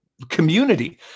community